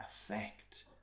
affect